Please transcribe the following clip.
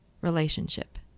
relationship